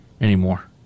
anymore